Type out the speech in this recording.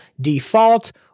default